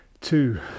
two